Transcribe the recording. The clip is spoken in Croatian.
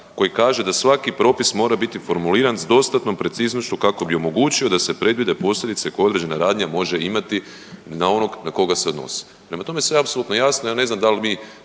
koji kaže da svaki propis mora biti formuliran s dostatnom preciznošću kako bi omogućio da se predvide posljedice koje određena radnja može imati na onog na koga se odnosi. Prema tome, sve je apsolutno jasno. Ja ne znam dal mi